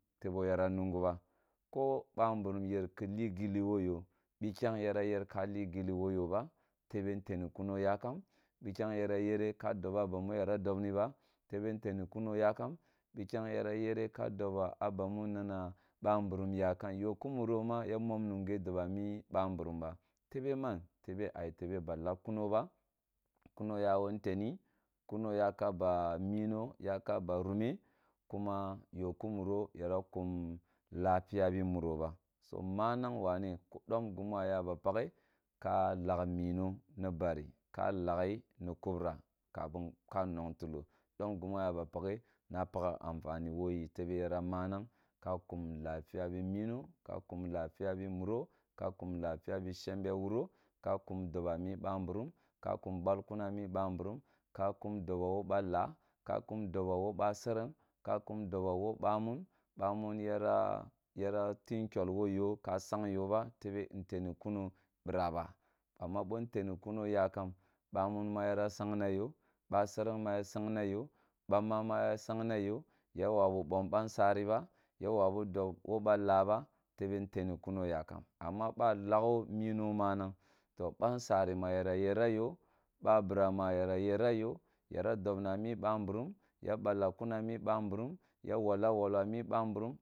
Tebo yara nungu ba ko bamburum yer ko li gilli wo yo bikyang yara yerka li gilli wo yoba bete nteni kuni yakam bikye yara yere ka doba bamu yara dobni ba tebe bteni kuro yakam, bikyam yara yere ka dobana yara dobni ba tebe nteni kuno yakum bikyang yar yere ka dobaa abamu nana bambrum yakun yo kumuro ma yamom nunge dobami ba mburum ba tele man tebe a yete ba laghkuno ba kuno yawo nteni kuno yaka ba mino yake ba rume kuma yo kumuro yara kum lafiya bi miro ba so mananf wane ki dom gemu a yaba pakhe ka lagh mino ni bari ka laghi ni kubra ka mong ka ning tulo dom gimna ya ba pakge ka pakha anfani woyi tebe ya manang ka kum lafiya bi mino ka kum lafiya bi muro ka kum lafiya bi shembe wuro ka kim do ba mi bamburum ka kum balkun a mi bamburum ka kum balkun a mi bamburum ka kum dobo wo ba laa kakum dobo wo basereng ka kum dobo wo bamun bamun yara yara ting nkyol wo yo ko sang y o ba tebe nteni kuno bira ba amma bo netine kuno yakun bamun ma yara sangna yo basing ma ya sang na yo bamma ma ya sang na yo yo wobi hom bansaru ba ya wabu dob wo ba laa ba tebe nteni kuno uakam amma ba lagho mino manang to bansari ma yara yerna yo babira ma yara ye ra yerna yo babira ma yra yerra yo yara dobwa a mi bambruurm ya balla kin ami ba mburum ya wolla wollo mi ba mburum